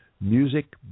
Music